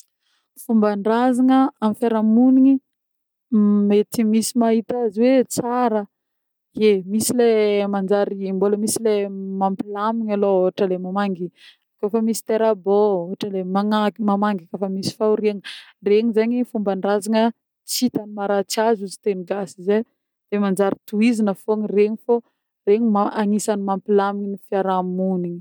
Fômban-drazagna amin'ny firahamonigny mety misy mahita azy hoe tsara, ye misy le manjary mbola misy le mampilamigna alôha ohatra le mamangy koa fa misy tera-bô, ohatra le mamangy rehefa misy fahoriagna regny zany fômban-drazagna tsy hita ny maharatsy azy ozy teny gasy ze de manjary tohizagna fô regny fô regny a-agnisany mampilamigny fiarahamonina.